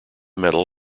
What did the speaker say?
medal